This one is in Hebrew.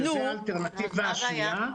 שזו האלטרנטיבה השנייה.